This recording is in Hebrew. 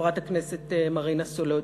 חברת הכנסת מרינה סולודקין,